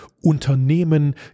Unternehmen